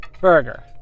Burger